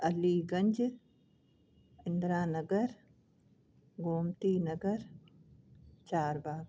Aliganj Indira Nagar Gomti Nagar Charbagh